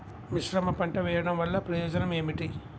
మిశ్రమ పంట వెయ్యడం వల్ల ప్రయోజనం ఏమిటి?